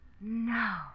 No